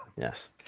Yes